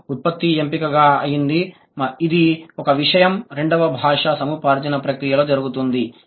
వారి ఉత్పత్తి ఎంపిక గా అయ్యింది ఇది ఒక విషయం రెండవ భాషా సముపార్జన ప్రక్రియలో జరుగుతుంది